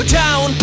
down